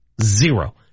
Zero